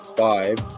five